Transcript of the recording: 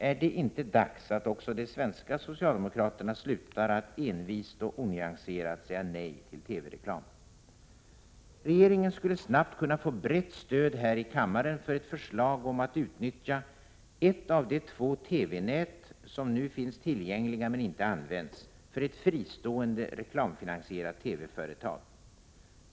Är det inte dags att också de svenska socialdemokraterna slutar med att envist och onyanserat säga nej till TV-reklam? Regeringen skulle snabbt kunna få brett stöd här i kammaren för ett förslag om att utnyttja ett av de två TV-nät som finns tillgängliga men som inte används, för ett fristående, reklamfinansierat TV-företag.